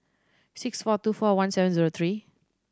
six four two four one seven zero three